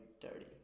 dirty